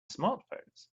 smartphones